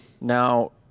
Now